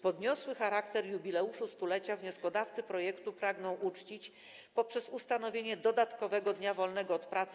Podniosły charakter jubileuszu 100-lecia wnioskodawcy projektu pragną uczcić poprzez ustanowienie dodatkowego dnia wolnego od pracy.